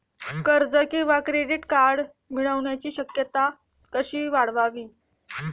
कर्ज किंवा credit card मिळण्याची शक्यता कशी वाढवावी?